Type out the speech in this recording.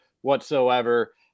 whatsoever